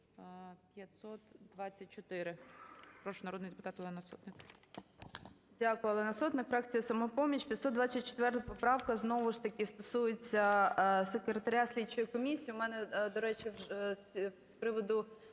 Дякую. Олена Сотник,